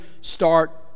start